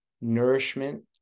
nourishment